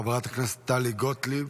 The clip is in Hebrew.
חברת הכנסת טלי גוטליב,